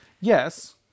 Yes